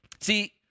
See